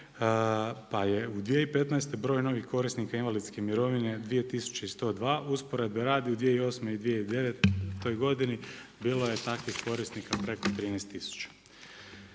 pa je u 2015. broj novih korisnika invalidske mirovine 2 tisuće i 102, usporede radi u 2008. i 2009. godini bilo je takvih korisnika preko 13